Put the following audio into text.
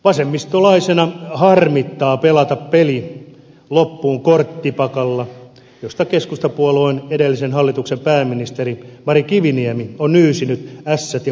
vasemmistolaisena harmittaa pelata peli loppuun korttipakalla josta edellisen hallituksen pääministeri keskustapuolueen mari kiviniemi on nyysinyt ässät ja kuvakortit pois